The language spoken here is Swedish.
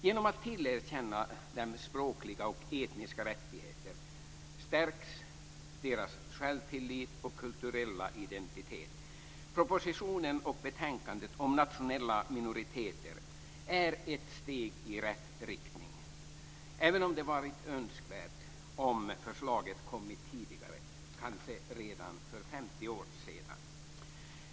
Genom att tillerkänna dem språkliga och etniska rättigheter stärks deras självtillit och kulturella identitet. Propositionen och betänkandet om nationella minoriteter är ett steg i rätt riktning, även om det hade varit önskvärt att förslaget hade kommit tidigare - kanske redan för 50 år sedan.